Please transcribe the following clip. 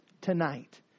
tonight